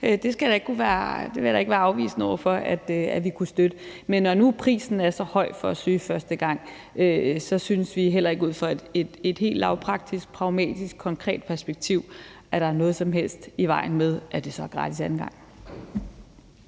Jeg vil da ikke være afvisende over for, at vi kunne støtte det. Men når nu prisen for at søge første gang er så høj, synes vi heller ikke ud fra et helt lavpraktisk, pragmatisk og konkret perspektiv, at der er noget som helst i vejen med, er det så er gratis anden gang.